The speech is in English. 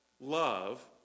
love